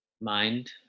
mind